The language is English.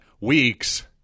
weeks